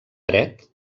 dret